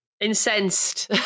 incensed